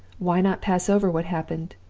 why not pass over what happened,